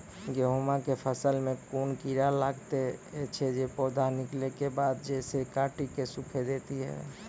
गेहूँमक फसल मे कून कीड़ा लागतै ऐछि जे पौधा निकलै केबाद जैर सऽ काटि कऽ सूखे दैति छै?